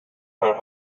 her